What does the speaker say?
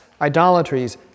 idolatries